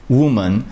woman